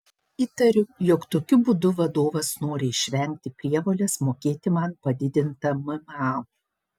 įtariu jog tokiu būdu vadovas nori išvengti prievolės mokėti man padidintą mma